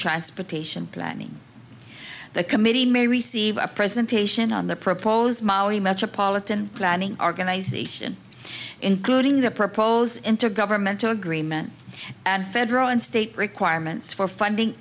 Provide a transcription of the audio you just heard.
transportation planning the committee may receive a presentation on the proposed molly metropolitan planning organization including the proposed intergovernmental agreement and federal and state requirements for funding